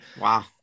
Wow